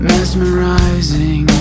Mesmerizing